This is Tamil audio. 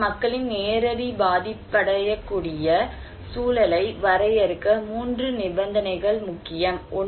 எனவே மக்களின் நேரடி பாதிக்கப்படக்கூடிய சூழலை வரையறுக்க 3 நிபந்தனைகள் முக்கியம்